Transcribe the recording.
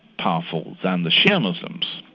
powerful than the shia muslims.